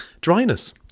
dryness